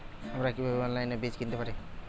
আমরা কীভাবে অনলাইনে বীজ কিনতে পারি?